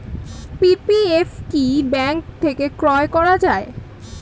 PPF কি bank থেকে ক্রয় করা যায়?